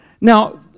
Now